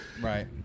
right